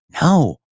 no